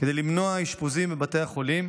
כדי למנוע אשפוזים בבתי החולים: